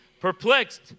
perplexed